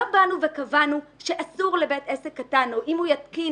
לא באנו וקבענו שאסור לבית עסק קטן או אם הוא יתקין,